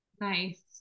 nice